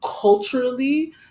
culturally